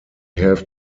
have